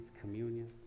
communion